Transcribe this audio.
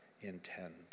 intend